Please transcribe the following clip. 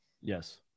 Yes